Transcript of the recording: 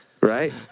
Right